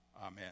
amen